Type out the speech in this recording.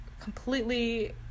completely